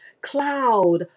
cloud